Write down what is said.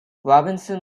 robinson